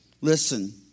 Listen